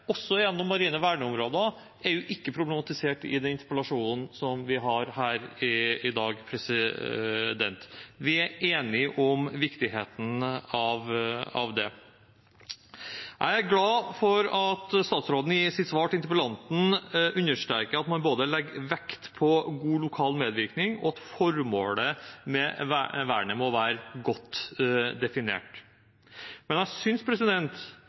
også gjennom marine verneområder, er ikke problematisert i den interpellasjonen som vi har her i dag. Vi er enige om viktigheten av det. Jeg er glad for at statsråden i sitt svar til interpellanten understreker både at man legger vekt på god lokal medvirkning, og at formålet med vernet må være godt definert. Men jeg